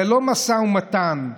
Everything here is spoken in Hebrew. ללא משא ומתן,